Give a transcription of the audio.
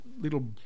little